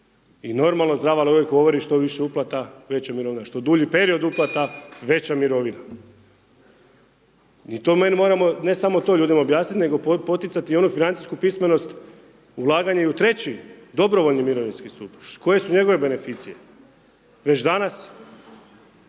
I normalna zdrava logika govori što više uplata, veća mirovina, što dulji period uplata, veća mirovina. Mi to moramo, ne samo to ljudima objasniti, nego poticati onu financijsku pismenost ulaganje i u treći dobrovoljni i mirovinski stup, koje su njegove beneficije? Već danas